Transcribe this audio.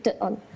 on